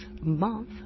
month